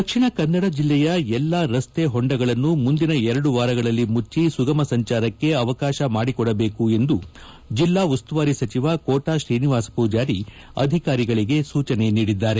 ದಕ್ಷಿಣ ಕನ್ನಡ ಜಿಲ್ಲೆಯ ಎಲ್ಲಾ ರಸ್ತೆ ಹೊಂಡಗಳನ್ನು ಮುಂದಿನ ಎರಡು ವಾರಗಳಲ್ಲಿ ಮುಚ್ಚಿ ಸುಗಮ ಸಂಚಾರಕ್ಕೆ ಅವಕಾಶ ಮಾಡಿಕೊಡಬೇಕು ಎಂದು ಜಿಲ್ಲಾ ಉಸ್ತುವಾರಿ ಸಚಿವ ಕೋಟಾ ಶ್ರೀನಿವಾಸ ಪೂಜಾರಿ ಅಧಿಕಾರಿಗಳಿಗೆ ಸೂಚನೆ ನೀಡಿದ್ದಾರೆ